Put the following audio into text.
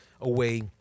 away